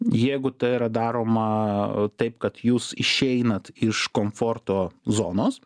jeigu tai yra daroma taip kad jūs išeinat iš komforto zonos